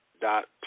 dot